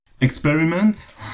Experiment